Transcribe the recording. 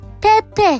Pepe